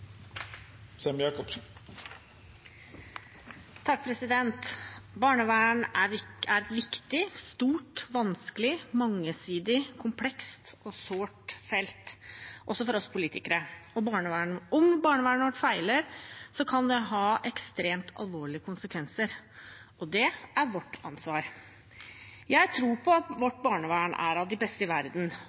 Barnevern er et viktig, stort, vanskelig, mangesidig, komplekst og sårt felt, også for oss politikere. Om barnevernet vårt feiler, kan det ha ekstremt alvorlige konsekvenser, og det er vårt ansvar. Jeg tror at vårt barnevern er av de beste i verden,